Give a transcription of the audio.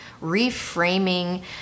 reframing